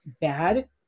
bad